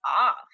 off